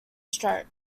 stroke